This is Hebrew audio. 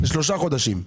לשלושה חודשים.